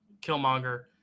Killmonger